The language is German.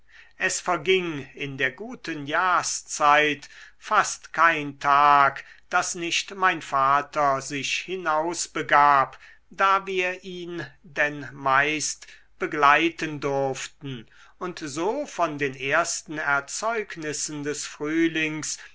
es verging in der guten jahrszeit fast kein tag daß nicht mein vater sich hinausbegab da wir ihn denn meist begleiten durften und so von den ersten erzeugnissen des frühlings